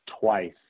twice